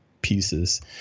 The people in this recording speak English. pieces